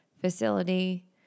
facility